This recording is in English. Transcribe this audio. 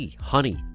honey